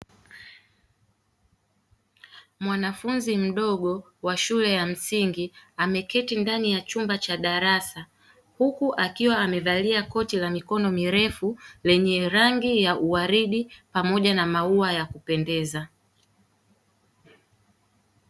Mwanafunzi mdogo wa shule ya msingi ameketi ndani ya chumba cha darasa huku akiwa amevalia koti la mikono mirefu lenye rangi ya uaridi pamoja na maua ya kupendeza.